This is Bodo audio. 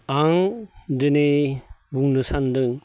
आं दिनै बुंनो सानदों